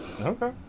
Okay